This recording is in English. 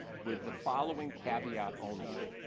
with the following caveat only.